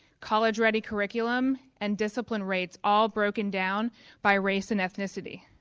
college ready curriculum, and discipline rates all broken down by race and ethnicity.